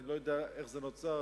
אני לא יודע איך זה נוצר,